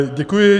Děkuji.